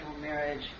marriage